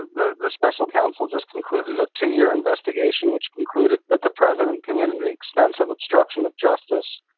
the the special counsel just concluded a two-year investigation which concluded that the president committed an extensive obstruction of justice,